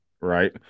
right